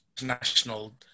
international